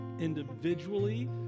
individually